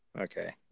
Okay